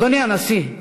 אדוני הנשיא,